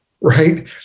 right